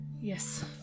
yes